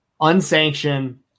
unsanctioned